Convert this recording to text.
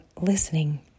listening